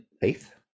faith